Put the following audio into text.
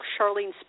Charlene